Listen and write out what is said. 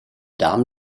darm